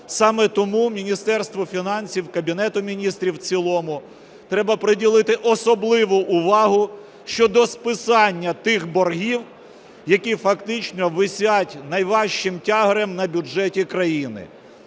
Саме тому Міністерству фінансів, Кабінету Міністрів в цілому треба приділити особливу увагу щодо списання тих боргів, які фактично висять найважчим тягарем на бюджеті країни.